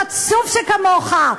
חצוף שכמוך.